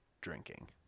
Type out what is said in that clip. drinking